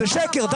זה שקר.